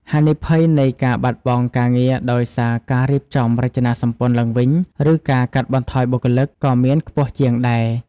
ហានិភ័យនៃការបាត់បង់ការងារដោយសារការរៀបចំរចនាសម្ព័ន្ធឡើងវិញ ឬការកាត់បន្ថយបុគ្គលិក ក៏មានខ្ពស់ជាងដែរ។